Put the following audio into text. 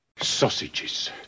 Sausages